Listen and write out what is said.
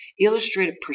Illustrated